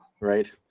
right